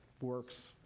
works